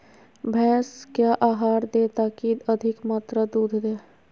भैंस क्या आहार दे ताकि अधिक मात्रा दूध दे?